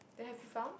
then have you found